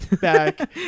back